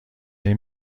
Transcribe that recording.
این